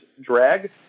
drag